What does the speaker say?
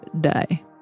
day